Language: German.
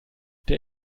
der